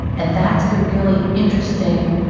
and that's the really interesting,